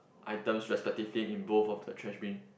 items respectively in both of the trash bin